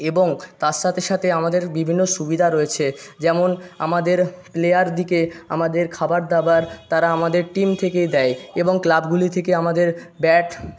এবং তার সাতে সাতে আমাদের বিভিন্ন সুবিদা রয়েছে যেমন আমাদের প্লেয়ারদিকে আমাদের খাবার দাবার তারা আমাদের টিম থেকেই দেয় এবং ক্লাবগুলি থেকে আমাদের ব্যাট